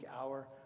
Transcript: hour